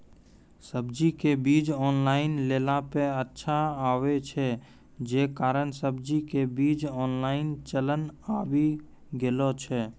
सब्जी के बीज ऑनलाइन लेला पे अच्छा आवे छै, जे कारण सब्जी के बीज ऑनलाइन चलन आवी गेलौ छै?